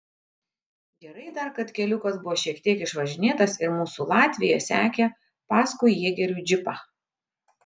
gerai dar kad keliukas buvo šiek tiek išvažinėtas ir mūsų latvija sekė paskui jėgerių džipą